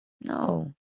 No